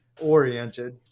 Oriented